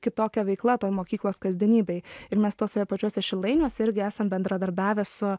kitokia veikla toj mokyklos kasdienybėj ir mes tuose pačiuose šilainiuose irgi esam bendradarbiavę su